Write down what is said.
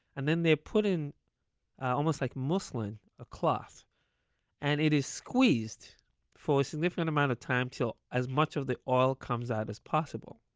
and then they're put in almost like muslin ah cloth and it is squeezed for a significant amount of time until as much of the oil comes out as possible.